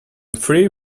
free